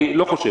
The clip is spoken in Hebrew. אני לא חושב.